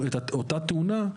אותה טעונה,